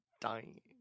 dying